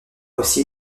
aussi